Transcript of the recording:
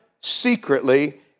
secretly